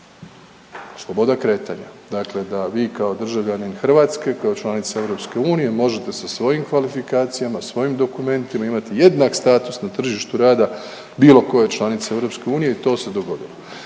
sloboda kretanja. Dakle, da vi kao državljanin Hrvatske, kao članica EU možete sa svojim kvalifikacijama, svojim dokumentima imati jednak status na tržištu rada bilo koje članice EU i to se dogodilo.